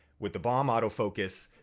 with the bomb autofocus,